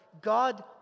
God